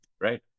right